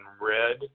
red